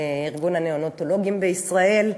איגוד הנאונטולוגים בישראל,